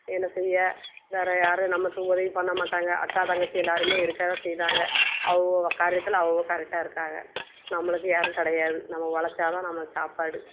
என்ன செய்ய வேறு யாரும் நமக்கு உதவி பண்ண மாட்டாங்கள் அக்கா தங்கச்சி எல்லோருமே இருக்க தான் செய்தாங்க அவங்கவுங்க காரியத்தில் அவங்கவுங்க கரெக்டாக இருக்காக நம்மளுக்கு யாரும் கிடையாது நம்ம உலச்சா தான் நம்மளுகுச் சாப்பாடு